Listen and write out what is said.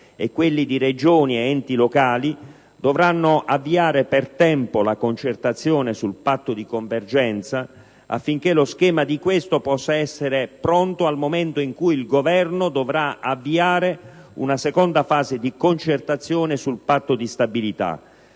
i governi di Regioni ed enti locali dovranno avviare per tempo la concertazione sul Patto di convergenza affinché lo schema di questo possa essere pronto nel momento in cui il Governo dovrà avviare una seconda fase di concertazione sul Patto di stabilità.